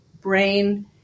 brain